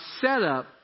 setup